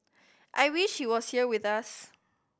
I wish he was here with us